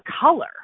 color